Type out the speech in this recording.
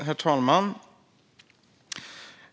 Herr talman!